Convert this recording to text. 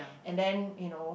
and then you know